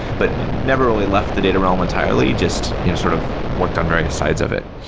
but never really left the data realm entirely, just you know sort of worked on various sides of it.